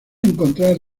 encontrar